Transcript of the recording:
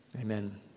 amen